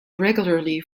regularly